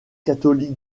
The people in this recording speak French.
catholique